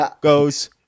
goes